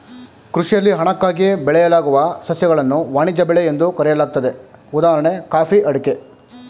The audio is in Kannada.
ಕೃಷಿಯಲ್ಲಿ ಹಣಕ್ಕಾಗಿ ಬೆಳೆಯಲಾಗುವ ಸಸ್ಯಗಳನ್ನು ವಾಣಿಜ್ಯ ಬೆಳೆ ಎಂದು ಕರೆಯಲಾಗ್ತದೆ ಉದಾಹಣೆ ಕಾಫಿ ಅಡಿಕೆ